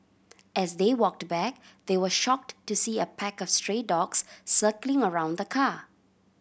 as they walked back they were shocked to see a pack of stray dogs circling around the car